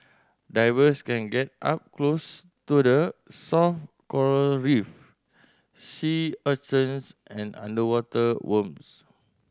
divers can get up close to the soft coral reef sea urchins and underwater worms